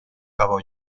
cabo